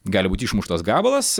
gali būt išmuštas gabalas